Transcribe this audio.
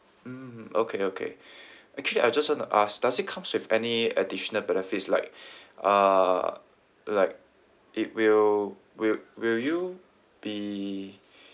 mm okay okay actually I just want to ask does it comes with any additional benefits like uh like it will will will you be